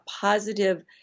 positive